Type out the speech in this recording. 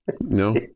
no